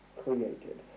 created